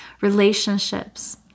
Relationships